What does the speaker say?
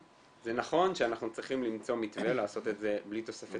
זה נכון שאנחנו צריכים למצוא מתווה לעשות את זה בלי תוספת